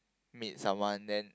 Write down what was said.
meet someone then